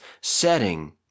setting